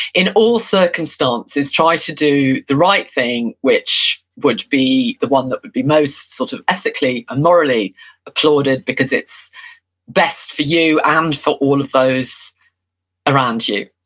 in all circumstances, try to do the right thing, which would be the one that would be most sort of ethically and morally applauded, because it's best for you and for all of those around you.